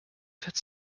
fett